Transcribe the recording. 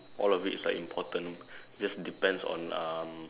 all of it is like important just depends on um